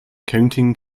counting